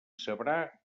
sabrà